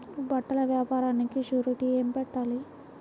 బట్టల వ్యాపారానికి షూరిటీ ఏమి పెట్టాలి?